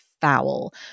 foul